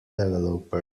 developers